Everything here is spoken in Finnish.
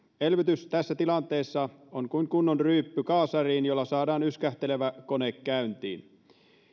elvytys tässä tilanteessa on kuin kunnon ryyppy kaasariin jolla saadaan yskähtelevä kone käyntiin